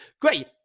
Great